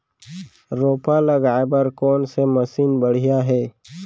रोपा लगाए बर कोन से मशीन बढ़िया हे?